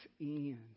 end